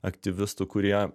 aktyvistų kurie